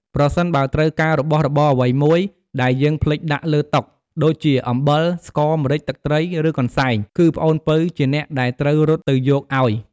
ប្រសិនបើត្រូវការរបស់របរអ្វីមួយដែលយើងភ្លេចដាក់លើតុ ដូចជាអំបិល ស្ករ ម្រេច ទឹកត្រី ឬកន្សែង គឺប្អូនពៅជាអ្នកដែលត្រូវរត់ទៅយកអោយ។